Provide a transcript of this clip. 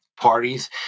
parties